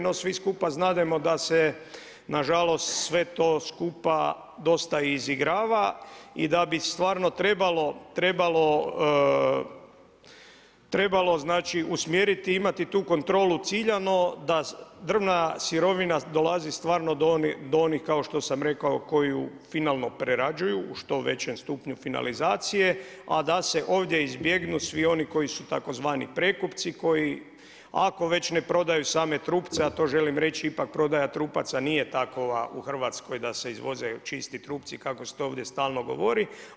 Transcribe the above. No, svi skupa znademo da se na žalost sve to skupa dosta i izigrava i da bi stvarno trebalo, znači usmjeriti, imati tu kontrolu ciljano da drvna sirovina dolazi stvarno do onih kao što sam rekao koju finalno prerađuju u što većem stupnju finalizacije, a da se ovdje izbjegnu svi oni koji su tzv. prekupci koji ako već ne prodaju same trupce a to želim reći ipak prodaja trupaca nije takova u Hrvatskoj da se izvoze čisti trupci kako se to ovdje stalno govori.